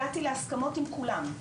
הגעתי להסכמות עם כולם,